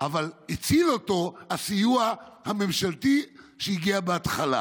אבל הציל אותו הסיוע הממשלתי שהגיע בהתחלה.